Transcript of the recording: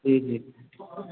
जी जी